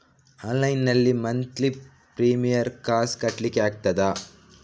Online ನಲ್ಲಿ monthly premium ಕಾಸ್ ಕಟ್ಲಿಕ್ಕೆ ಆಗ್ತದಾ?